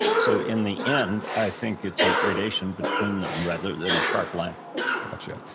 so in the end, i think it's a gradation between them rather than a sharp line gotcha.